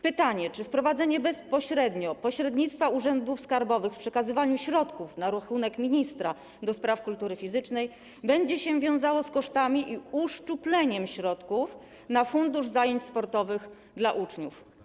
Pytanie: Czy wprowadzenie bezpośrednio pośrednictwa urzędów skarbowych w przekazywaniu środków na rachunek ministra do spraw kultury fizycznej będzie się wiązało z kosztami i uszczupleniem środków na Fundusz Zajęć Sportowych dla Uczniów?